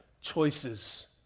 choices